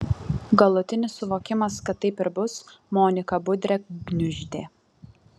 galutinis suvokimas kad taip ir bus moniką budrę gniuždė